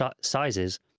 sizes